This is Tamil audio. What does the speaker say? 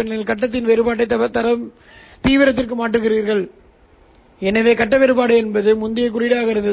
இது Es இன் x பகுதியாக இருக்கும் இது நான் சொல்லும் y பகுதியாக இருக்கும் உள்வரும்